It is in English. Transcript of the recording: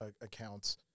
accounts